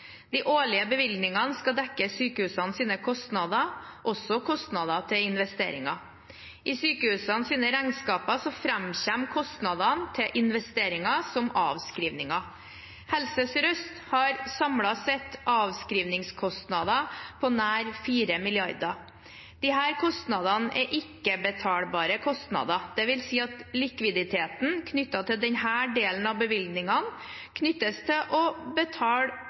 De årlige bevilgningene skal dekke sykehusenes kostnader – også kostnader til investeringer. I sykehusenes regnskaper framkommer kostnadene til investeringer som avskrivninger. Helse Sør-Øst har samlet sett avskrivningskostnader på nær 4 mrd. kr. Disse kostnadene er ikke-betalbare kostnader, dvs. at likviditeten knyttet til denne delen av bevilgningene benyttes til å betale